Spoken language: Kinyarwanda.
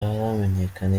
haramenyekana